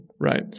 right